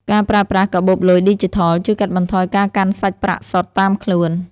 ការប្រើប្រាស់កាបូបលុយឌីជីថល ជួយកាត់បន្ថយការកាន់សាច់ប្រាក់សុទ្ធតាមខ្លួន។